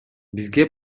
бизге